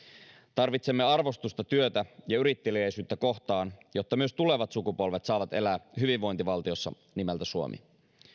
tarvitsemme arvostusta työtä ja yritteliäisyyttä kohtaan jotta myös tulevat sukupolvet saavat elää hyvinvointivaltiossa nimeltä suomi